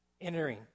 entering